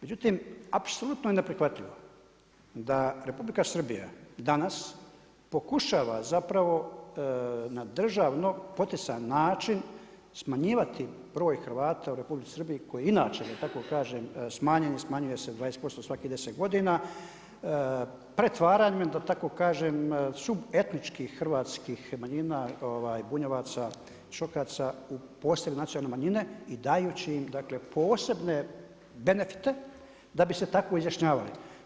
Međutim, apsolutno je neprihvatljivo da Republika Srbija danas pokušava zapravo na državno poticajan način smanjivati broj Hrvata u Republici Srbiji koji inače da tako kažem smanjen je i smanjuje se 20% svakih 10 godina, pretvaranjem da tako kažem subetničkih hrvatskih manjina, Bunjevaca, Šokaca u posebne nacionalne manjene i dajući im dakle posebne benefite da bi se tako izjašnjavali.